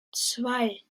zwei